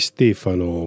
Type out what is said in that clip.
Stefano